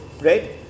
right